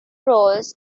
roles